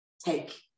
Take